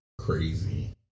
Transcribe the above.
crazy